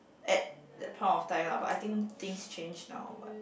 at that point of time lah but I think things change now but